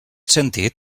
sentit